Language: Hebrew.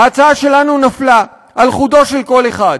ההצעה שלנו נפלה על חודו של קול אחד.